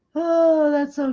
oh that's so